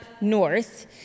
north